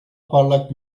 parlak